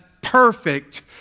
perfect